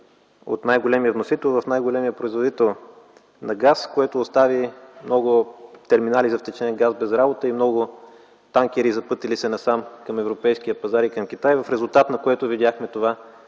от най-големия вносител в най-големия производител на газ, което остави много терминали за втечнен газ без работа и много танкери, запътили се насам към европейския пазар и към Китай, в резултат на което видяхме това